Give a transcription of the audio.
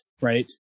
right